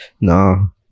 no